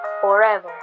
forever